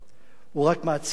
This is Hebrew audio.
הוא רק מעצים אותה,